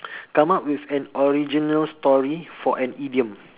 come up with an original story for an idiom